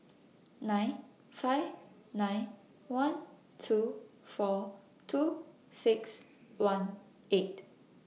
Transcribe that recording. nine five nine one two four two six one eight